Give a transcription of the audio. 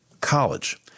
college